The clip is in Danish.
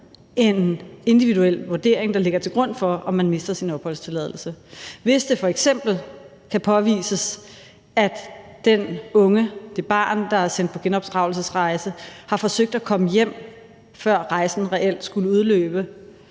en individuel vurdering, der ligger til grund for, om man mister sin opholdstilladelse. Hvis det f.eks. kan påvises, at den unge, det barn, der er sendt på genopdragelsesrejse, har forsøgt at komme hjem, før rejsen reelt skulle udløbe,